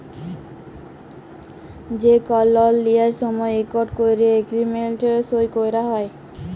যে কল লল লিয়ার সময় ইকট ক্যরে এগ্রিমেল্ট সই ক্যরা হ্যয়